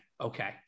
okay